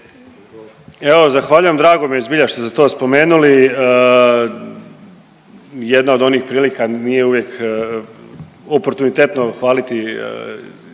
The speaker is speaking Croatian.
Evo, zahvaljujem drago mi zbilja što ste to spomenuli. Jedna od onih prilika nije uvijek oportunitetno hvaliti